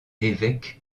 évêque